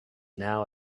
now